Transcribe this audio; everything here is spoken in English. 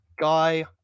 Guy